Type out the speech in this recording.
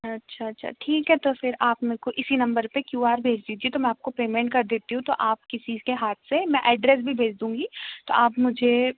अच्छा अच्छा ठीक है तो फिर आप मे को इसी नंबर पर क्यू आर भेज दीजिए तो मैं आपको पेमेंट कर देती हूँ तो आप किसी के हाथ से मैं ऐड्रेस भी भेज दूँगी तो आप मुझे